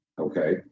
okay